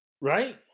Right